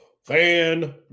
Fan